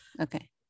Okay